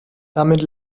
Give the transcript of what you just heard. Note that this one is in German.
damit